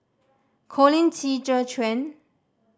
Colin Qi Zhe Quan